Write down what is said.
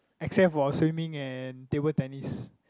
except for swimming and table tennis